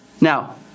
Now